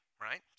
right